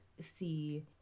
see